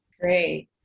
Great